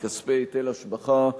מכספי היטל השבחה,